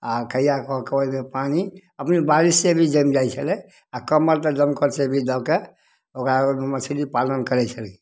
आ कहिया कऽ पानि अपने बारिश से भी जैम जाइ छलै आ कमऽल तऽ दमकल से भी धऽ के ओकरा मछली पालन करै छलखिन